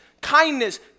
kindness